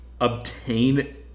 Obtain